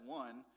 one